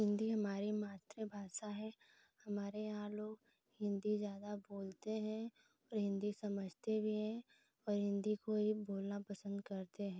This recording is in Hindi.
हिन्दी हमारी मातृभाषा है हमारे यहाँ लोग हिन्दी ज़्यादा बोलते हैं और हिन्दी समझते भी हैं और हिन्दी को ही बोलना पसन्द करते हैं